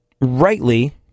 rightly